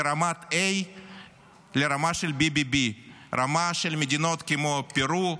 מרמת A לרמה של BBB, רמה של מדינות כמו פרו,